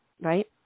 right